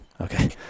Okay